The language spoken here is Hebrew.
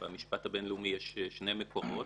במשפט הבינלאומי יש שני מקומות,